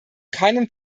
keinem